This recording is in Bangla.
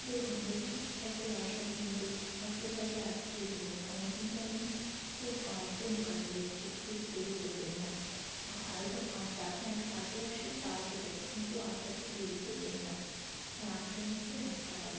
দেখুন দেখুন ঠিকঠাক করে আসবেন কিন্তু অসুবিধা থাকলে আজকেই বলুন আমার কিন্তু একদম খুব আর্জেন্ট কাজ রয়েছে প্লিস দেরি করবেন না একদম আটটা আপনি আটটার আগে আসুন তাও ঠিক আছে কিন্তু আটটা থেকে রেডি করবেন না হ্যাঁ আটটার মধ্যেই আসতে হবে